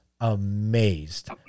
Amazed